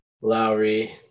Lowry